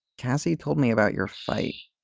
cassie told me about your fight.